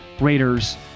Raiders